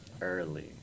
Early